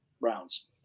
rounds